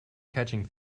catching